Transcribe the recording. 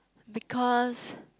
because